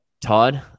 Todd